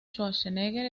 schwarzenegger